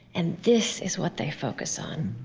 and this is what they focus on.